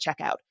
checkout